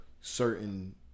certain